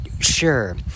sure